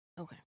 Okay